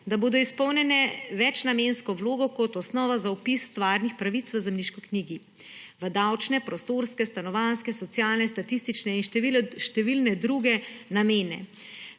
da bodo izpolnile večnamensko vlogo kot osnovo za vpis stvarnih pravic v zemljiški knjigi za davčne, prostorske, stanovanjske, socialne, statistične in številne druge namene.